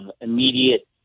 immediate